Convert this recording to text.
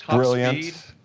brilliant,